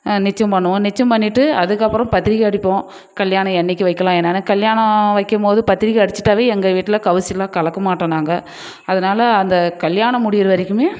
நிச்சயம் பண்ணுவோம் நிச்சயம் பண்ணிவிட்டு அதுக்கப்புறம் பத்திரிக்கை அடிப்போம் கல்யாணம் என்னிக்கி வைக்கலாம் என்னான்னால் கல்யாணம் வைக்கும்போது பத்திரிக்கை அடித்திட்டாவே எங்கள் வீட்டில் கவுச்சுலாம் கலக்கமாட்டோம் நாங்கள் அதனால அந்த கல்யாணம் முடிகிற வரைக்குமே